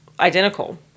identical